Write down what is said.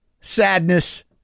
sadness